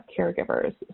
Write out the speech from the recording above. caregivers